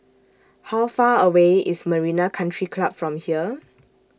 How Far away IS Marina Country Club from here